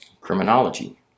criminology